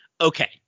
okay